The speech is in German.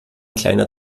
kleiner